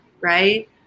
right